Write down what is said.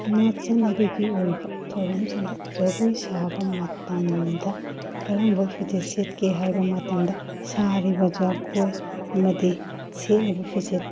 ꯅꯥꯠ ꯆꯠꯅꯕꯤꯒꯤ ꯑꯣꯏꯕ ꯊꯧꯔꯝꯁꯤꯡꯗ ꯖꯒꯣꯏ ꯁꯥꯕ ꯃꯇꯝꯗ ꯀꯔꯝꯕ ꯐꯤꯖꯦꯠ ꯁꯦꯠꯀꯦ ꯍꯥꯏꯕ ꯃꯇꯝꯗ ꯁꯥꯔꯤꯕ ꯖꯒꯣꯏ ꯑꯃꯗꯤ ꯁꯦꯠꯂꯤꯕ ꯐꯤꯖꯦꯠ